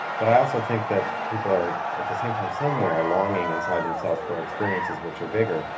but i also think that people are, at the same time, somewhere longing inside themselves for experiences which are bigger.